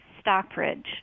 Stockbridge